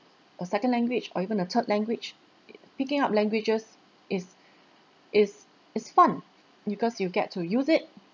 a second language or even a third language uh picking up languages is is is fun because you get to use it